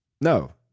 No